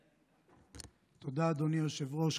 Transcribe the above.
תודה, אדוני היושב-ראש.